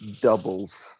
doubles